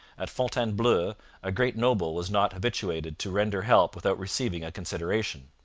at fontainebleau a great noble was not habituated to render help without receiving a consideration.